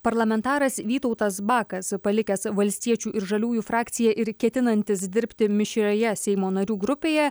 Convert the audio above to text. parlamentaras vytautas bakas palikęs valstiečių ir žaliųjų frakciją ir ketinantis dirbti mišrioje seimo narių grupėje